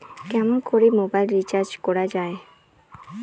কেমন করে mobile recharge করা য়ায়?